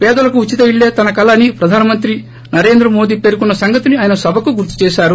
పేదలకు ఉచిత ఇల్లే తన ్కల అని ప్రధాన మంత్రి నరేంద్ర మోదీ పేర్కొన్న సంగతిని ఆయన సభకు గుర్తు చేసారు